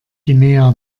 guinea